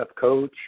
Coach